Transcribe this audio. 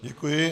Děkuji.